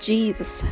Jesus